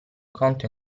conto